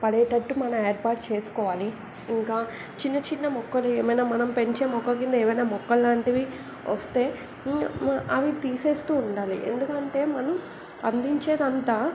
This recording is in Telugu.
పడేటట్టు మనం ఏర్పాటు చేసుకోవాలి ఇంకా చిన్న చిన్న మొక్కలు ఏమైనా మనం పెంచే మొక్క కింద ఏమైనా మొక్కలు లాంటివి వస్తే అవి తీసేస్తూ ఉండాలి ఎందుకంటే మనం అందించేది అంతా